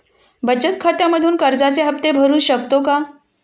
बचत खात्यामधून कर्जाचे हफ्ते भरू शकतो का?